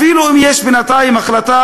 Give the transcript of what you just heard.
אפילו אם יש בינתיים החלטה,